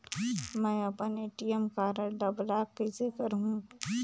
मै अपन ATM card ल ब्लाक कइसे करहूं?